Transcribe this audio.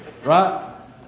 right